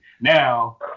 Now